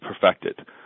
perfected